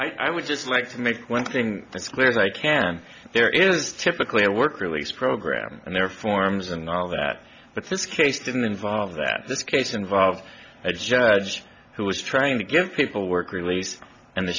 think i would just like to make one thing that's clear as i can there is typically a work release program and there forms and all that but this case didn't involve that this case involved a judge who was trying to give people work release and the